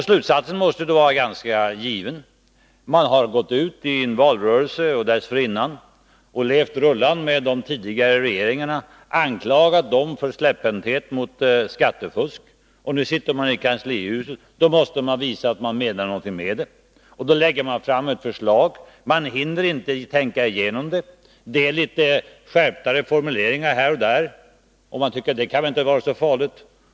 Slutsatsen måste då vara ganska given. Man har gått ut i en valrörelse och även dessförinnan och levt rullan med anklagelser mot de tidigare regeringarna för släpphänthet mot skattefusk. Nu sitter man i kanslihuset och måste visa att man menade något med detta och lägger därför fram ett förslag som man inte hunnit tänka igenom. Det innehåller här och där litet skarpare formuleringar, och man tycker att de väl inte kan vara så farliga.